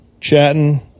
chatting